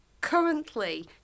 currently